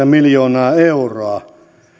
miljoonaa euroa